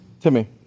Timmy